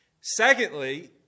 Secondly